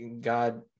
god